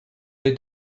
they